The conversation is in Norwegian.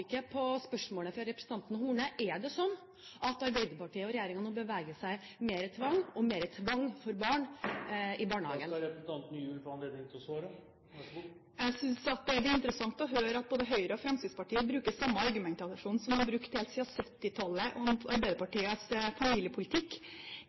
ikke på spørsmålet fra representanten Horne: Er det slik at Arbeiderpartiet og regjeringen nå beveger seg mot mer tvang for å ha barn i barnehage? Jeg synes det er interessant å høre at både Høyre og Fremskrittspartiet bruker samme argumentasjon som man har brukt helt